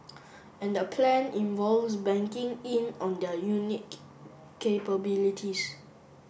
and the plan involves banking in on their unique capabilities